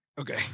Okay